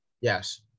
Yes